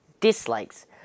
dislikes